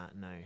no